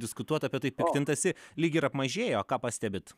diskutuota apie tai piktintasi lyg ir apmažėjo ką pastebit